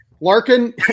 Larkin